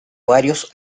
varios